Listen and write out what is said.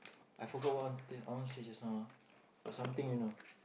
I forgot what I wan to say I want say just now ah got something you know